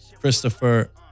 Christopher